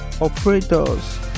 operators